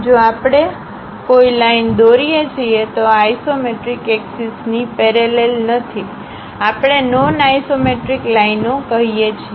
જો આપણે કોઈ લાઇન દોરીએ છીએ તો આ આઇસોમેટ્રિક એક્સિસ ની પેરેલલ નથી આપણે નોન આઇસોમેટ્રિક લાઇનો કહીએ છીએ